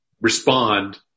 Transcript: respond